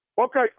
Okay